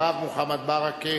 אחריו, מוחמד ברכה.